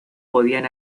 podían